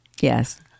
Yes